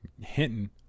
Hinton